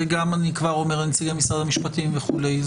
ואני כבר אומר נציגי משרד המשפטים וכולי,